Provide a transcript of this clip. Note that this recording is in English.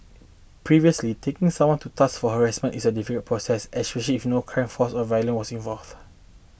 previously taking someone to task for harassment is a difficult process especially if no criminal force or violence was involved